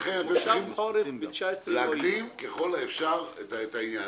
לכן צריך להקדים ככל האפשר את העניין.